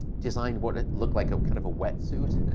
designed what it looked like a kind of a wetsuit.